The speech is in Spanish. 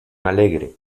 alegre